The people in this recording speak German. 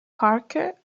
parker